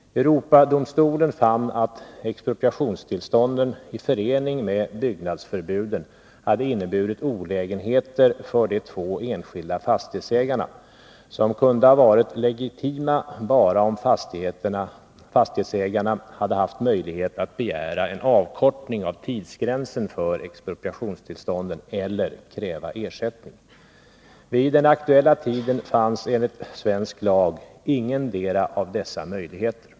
Europadomstolen fann att expropriationstillstånden i förening med byggnadsförbuden hade inneburit olägenheter för de två enskilda fastighetsägarna som kunde ha varit legitima bara om fastighetsägarna hade haft möjlighet att begära en avkortning av tidsgränsen för expropriationstillstånden eller kräva ersättning. Vid den aktuella tiden fanns enligt svensk lag ingendera av dessa möjligheter.